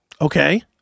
okay